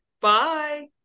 bye